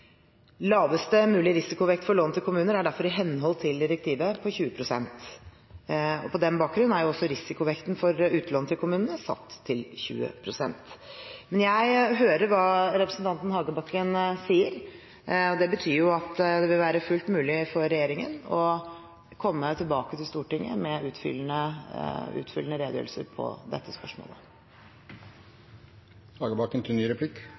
risikovekt for lån til kommuner er derfor i henhold til direktivet på 20 pst. På den bakgrunn er også risikovekten for utlån til kommunene satt til 20 pst. Men jeg hører hva representanten Hagebakken sier, og det vil være fullt mulig for regjeringen å komme tilbake til Stortinget med utfyllende redegjørelser om dette spørsmålet. For det første vil jeg takke for den positive vrien til